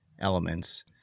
elements